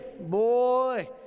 boy